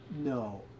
No